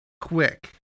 quick